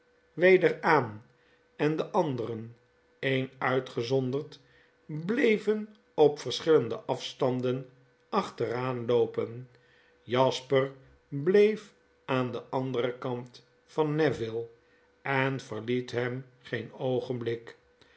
aan en de anderen een uitgezonderd bleven op verschillende afstanden achteraan loopen jasper bleef aan den anderen kant van neville en verliet hem geen oogenblik